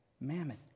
mammon